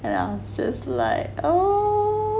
and I was just like oh